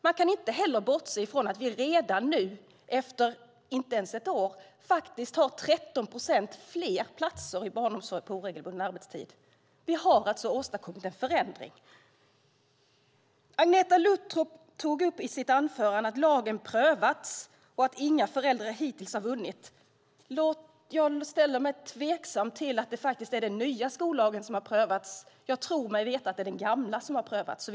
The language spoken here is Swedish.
Man kan inte heller bortse från att vi redan nu efter inte ens ett år har 13 procent fler platser i barnomsorg på oregelbunden arbetstid. Vi har alltså åstadkommit en förändring. Agneta Luttropp tog upp i sitt anförande att lagen prövats och att inga förändringar hittills har vunnit. Jag ställer mig tveksam till att det är den nya skollagen som har prövats. Jag tror mig veta att det är den gamla som har prövats.